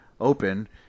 open